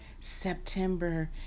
September